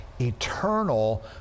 eternal